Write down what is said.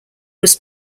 was